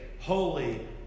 Holy